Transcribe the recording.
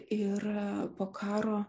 ir po karo